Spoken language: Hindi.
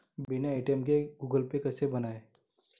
बिना ए.टी.एम के गूगल पे कैसे बनायें?